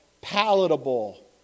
palatable